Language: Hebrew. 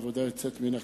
עבודה יוצאת מן הכלל,